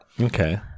Okay